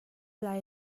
lai